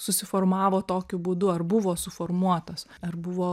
susiformavo tokiu būdu ar buvo suformuotas ar buvo